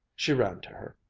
she ran to her.